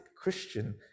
Christian